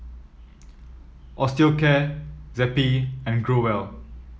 Osteocare Zappy and Growell